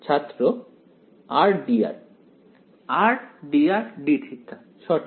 ছাত্র rdr r dr dθ সঠিক